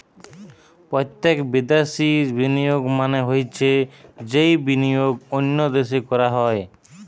প্রত্যক্ষ বিদ্যাশি বিনিয়োগ মানে হৈছে যেই বিনিয়োগ অন্য দেশে করা হয়